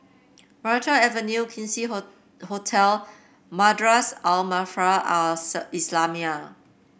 Maranta Avenue Quincy Hotel Madrasah Al Maarif Al Islamiah